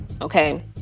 okay